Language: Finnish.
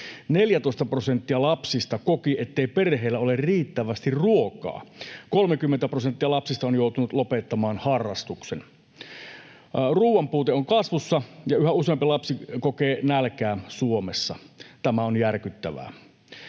lapsista koki, ettei perheellä ole riittävästi ruokaa. 30 prosenttia lapsista on joutunut lopettamaan harrastuksen. Ruuan puute on kasvussa, ja yhä useampi lapsi kokee nälkää Suomessa. Tämä on järkyttävää.